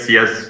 Yes